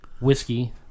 whiskey